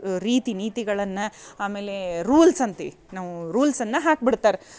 ರೀತಿ ನೀತಿಗಳನ್ನು ಆಮೇಲೆ ರೂಲ್ಸ್ ಅಂತೀವಿ ನಾವು ರೂಲ್ಸನ್ನು ಹಾಕ್ಬಿಡ್ತಾರ